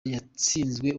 yatsinzwe